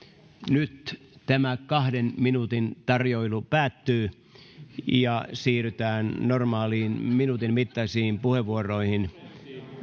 nyt tämä kahden minuutin tarjoilu päättyy ja siirrytään normaaleihin minuutin mittaisiin puheenvuoroihin